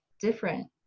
different